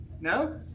No